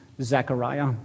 Zechariah